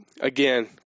again